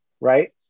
right